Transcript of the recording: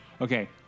okay